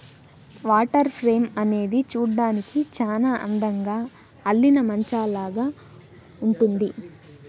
water frame అనేది చూడ్డానికి చానా అందంగా అల్లిన మంచాలాగా ఉంటుంది